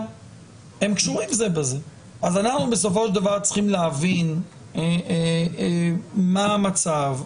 אז אנחנו בסופו של דבר צריכים להבין מה המצב,